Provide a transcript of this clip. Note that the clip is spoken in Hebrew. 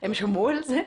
הם שמעו על זה?